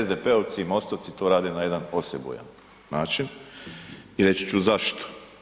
SDP-ovci i MOST-ovci to rade na jedan osebujan način i reći ću zašto.